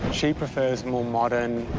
she prefers more modern,